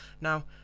Now